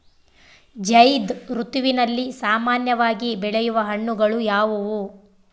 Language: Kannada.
ಝೈಧ್ ಋತುವಿನಲ್ಲಿ ಸಾಮಾನ್ಯವಾಗಿ ಬೆಳೆಯುವ ಹಣ್ಣುಗಳು ಯಾವುವು?